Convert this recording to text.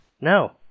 No